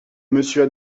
monsieur